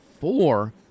four